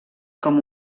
com